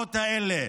המשפחות האלה.